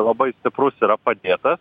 labai stiprus yra padėtas